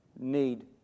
need